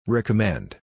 Recommend